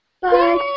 Bye